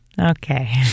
Okay